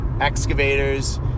excavators